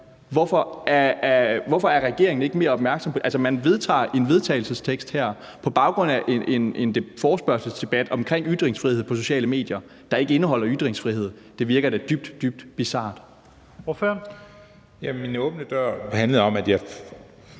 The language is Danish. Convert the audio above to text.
Hvorfor er regeringen ikke mere opmærksom på det? Altså, man vedtager her på baggrund af en forespørgselsdebat omkring ytringsfrihed på sociale medier en vedtagelsestekst, der ikke indeholder »ytringsfrihed«. Det virker da dybt, dybt bizart. Kl. 15:47 Første næstformand